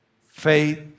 Faith